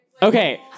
Okay